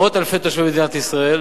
למאות אלפי תושבים של מדינת ישראל.